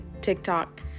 TikTok